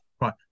right